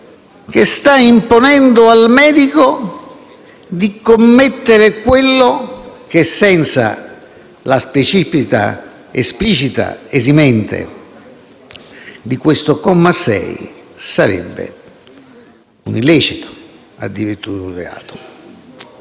che sta imponendo al medico di commettere quello che, senza la specifica ed esplicita esimente di questo comma 6, sarebbe un illecito o addirittura un reato.